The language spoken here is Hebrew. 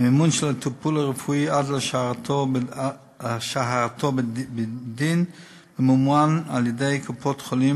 הטיפול הרפואי עד להרשעתו בדין ממומן על-ידי קופות-החולים,